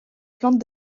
plantent